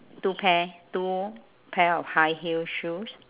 two pair two pair of high heel shoes